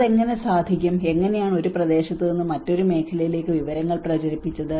അതെങ്ങനെ സാധിക്കും എങ്ങനെയാണ് ഒരു പ്രദേശത്ത് നിന്ന് മറ്റൊരു മേഖലയിലേക്ക് വിവരങ്ങൾ പ്രചരിപ്പിച്ചത്